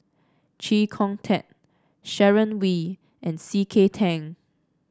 Chee Kong Tet Sharon Wee and C K Tang